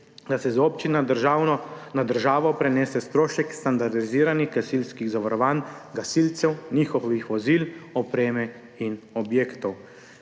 da se z občin na državo prenese strošek standardiziranih gasilskih zavarovanj gasilcev, njihovih vozil, opreme in objektov.